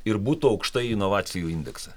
ir būtų aukšta inovacijų indekse